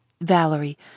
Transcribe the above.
Valerie